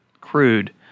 crude